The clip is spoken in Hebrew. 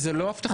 זה לא הבטחה.